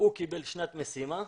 הוא קיבל שנת משימה,